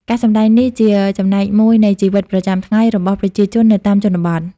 ការសម្តែងនេះជាចំណែកមួយនៃជីវិតប្រចាំថ្ងៃរបស់ប្រជាជននៅតាមជនបទ។